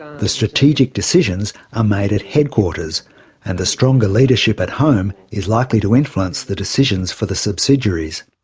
the strategic decisions are made at headquarters and the stronger leadership at home is likely to influence the decisions for the subsidiaries.